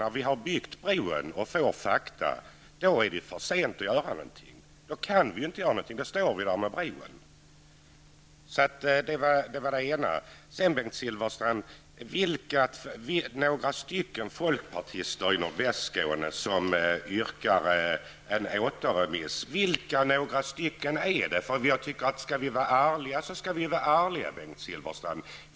När vi har byggt bron och får fakta är det för sent att göra någonting. Då kan vi inte göra någonting -- då står vi där med bron. Sedan sade Bengt Silfverstrand att det var några stycken folkpartister i Nordvästskåne som yrkat på återremiss. Vilka några stycken är det? Skall vi vara ärliga, skall vi vara ärliga, Bengt Silfverstrand!